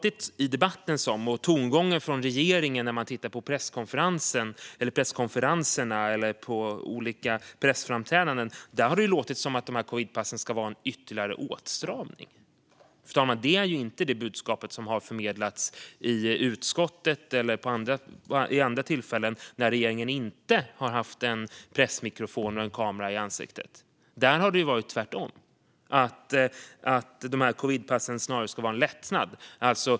I debatten och i tongångarna från regeringen vid presskonferenser och andra pressframträdanden har det låtit som att covidpassen ska vara en ytterligare åtstramning. Det är inte det budskap som har förmedlats i utskottet eller vid andra tillfällen när regeringen inte haft en pressmikrofon och en kamera i ansiktet. Där har det tvärtom låtit som att covidpassen snarare ska vara en lättnad.